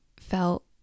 Felt